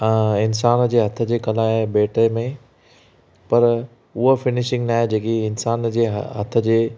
इंसान जे हथ जी कला ऐं भेट में पर उहा फिनिशिंग न आहे जेकी इंसान जी हथ जे